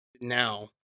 now